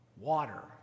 water